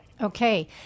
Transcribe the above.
Okay